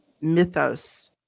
mythos